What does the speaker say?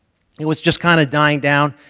it was just kind of dying down.